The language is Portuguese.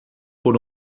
por